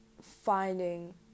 finding